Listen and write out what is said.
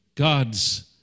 God's